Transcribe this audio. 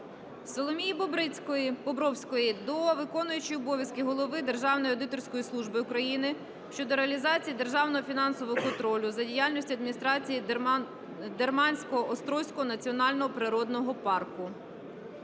Соломії Бобровської до виконуючої обов'язки голови Державної аудиторської служби України щодо реалізації державного фінансового контролю за діяльністю адміністрації Дермансько-Острозького Національного природного парку.